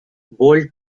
bold